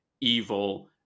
evil